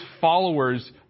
followers